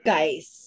Guys